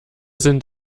sind